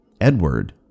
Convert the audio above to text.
Edward